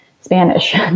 Spanish